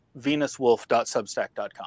venuswolf.substack.com